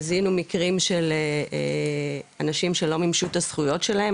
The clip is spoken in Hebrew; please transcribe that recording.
זיהינו מקרים של אנשים שלא מימשו את הזכויות שלהם,